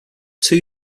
two